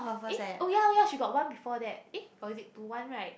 eh oh yea yea she got one before that eh or is it two one right